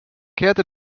kehrte